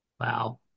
Wow